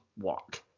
walk